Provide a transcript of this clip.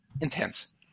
intense